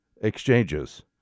exchanges